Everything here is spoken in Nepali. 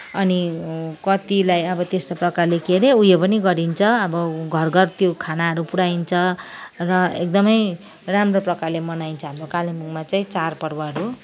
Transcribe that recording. अनि कतिलाई अब त्यस्तो प्रकारले के अरे उयो पनि गरिन्छ अब घर घर त्यो खानाहरू पुऱ्याइन्छ र एकदमै राम्रो प्रकारले मनाइन्छ हाम्रो कालिम्पोङमा चाहिँ चाडपर्वहरू